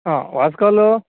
ಹಾಂ ವಾಸ್ಕಲ್ಲು